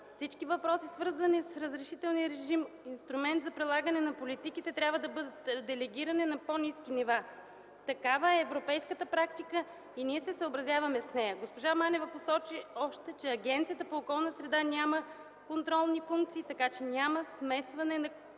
Всички въпроси, свързани с разрешителния режим, инструмент за прилагане на политиките, трябва да бъдат делегирани на по-ниските нива. Такава е европейската практика и ние се съобразяваме с нея. Госпожа Манева посочи още, че Агенцията по околна среда няма контролни функции, така че няма смесване на